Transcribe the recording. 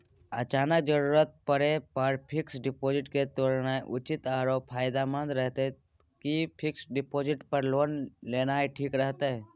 अचानक जरूरत परै पर फीक्स डिपॉजिट के तोरनाय उचित आरो फायदामंद रहतै कि फिक्स डिपॉजिट पर लोन लेनाय ठीक रहतै?